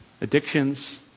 addictions